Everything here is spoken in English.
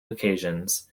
occasions